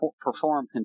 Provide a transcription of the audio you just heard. perform